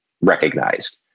recognized